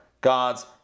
God's